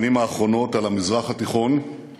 המזרח התיכון מהשנים האחרונות,